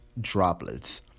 droplets